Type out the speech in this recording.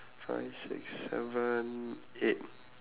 five six seven eight